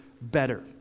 better